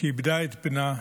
שאיבדה את בנה,